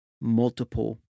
multiple